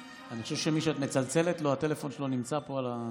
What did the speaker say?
שמישהו, מצלצל לו הטלפון והוא לא נמצא כאן.